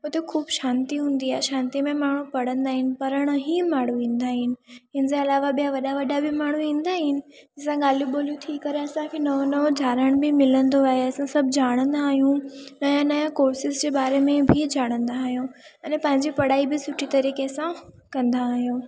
उते ख़ूब शांती हूंदी आहे शांती में माण्हू पढ़ंदा आहिनि पढ़ण ई माण्हू ईंदा आहिनि इन जे अलावा ॿिया वॾा वॾा बि माण्हू ईंदा आहिनि असां ॻाल्हियूं ॿोलियूं थी करे असां नओ नओ ॼाणनि बि मिलंदो आहे इहे सभु ॼाणंदा आहियूं नया नया कॉर्सिस जे बारे में बि ॼाणंदा आहियूं अने पंहिंजी पढ़ाई बि सुठी तरीक़े सां कंदा आहियूं